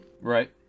Right